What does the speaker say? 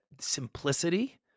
simplicity